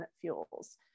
fuels